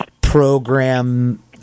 program